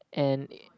and it